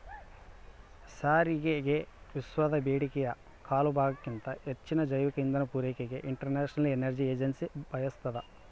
ಸಾರಿಗೆಗೆವಿಶ್ವದ ಬೇಡಿಕೆಯ ಕಾಲುಭಾಗಕ್ಕಿಂತ ಹೆಚ್ಚಿನ ಜೈವಿಕ ಇಂಧನ ಪೂರೈಕೆಗೆ ಇಂಟರ್ನ್ಯಾಷನಲ್ ಎನರ್ಜಿ ಏಜೆನ್ಸಿ ಬಯಸ್ತಾದ